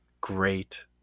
great